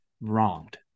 wronged